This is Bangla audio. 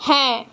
হ্যাঁ